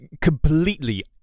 Completely